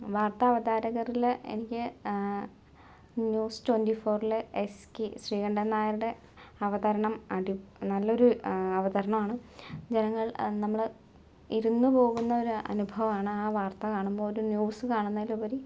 വാർത്താ അവതാരകരില് എനിക്ക് ന്യൂസ് ട്വന്റി ഫോറിലെ എസ് കെ ശ്രീകണ്ഠൻ നായരുടെ അവതരണം അടി നല്ലൊരു അവതരണം ആണ് ജനങ്ങൾ നമ്മള് ഇരുന്നു പോകുന്ന ഒരു അനുഭവമാണ് ആ വാർത്ത കാണുമ്പോൾ ഒരു ന്യൂസ് കാണുന്നതിലുപരി